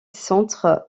centre